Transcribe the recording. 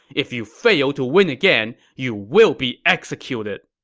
if you fail to win again, you will be executed!